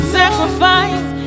sacrifice